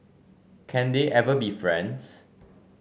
can they ever be friends